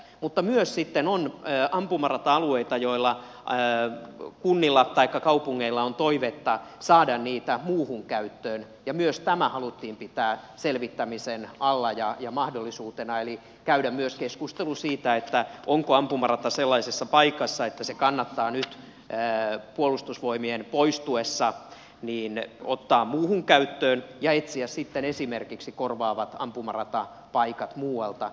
mutta myös sitten on ampumarata alueita joita kunnilla taikka kaupungeilla on toivetta saada muuhun käyttöön ja myös tämä haluttiin pitää selvittämisen alla ja mahdollisuutena eli käydä myös keskustelu siitä onko ampumarata sellaisessa paikassa että se kannattaa nyt puolustusvoimien poistuessa ottaa muuhun käyttöön ja etsiä sitten esimerkiksi korvaavat ampumaratapaikat muualta